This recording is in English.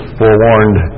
forewarned